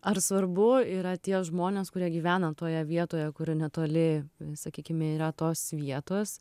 ar svarbu yra tie žmonės kurie gyvena toje vietoje kur netoli sakykime yra tos vietos